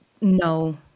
no